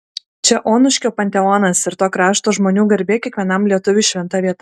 čia onuškio panteonas ir to krašto žmonių garbė kiekvienam lietuviui šventa vieta